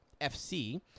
FC